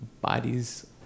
bodies